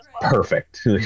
perfect